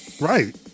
Right